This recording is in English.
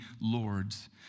lords